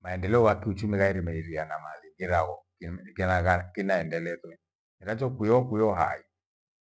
Maendeleo yakiuchumi yairime iria na mazingira ho kinu kithilagha kinaendelezwe miracho kwio kwio hai.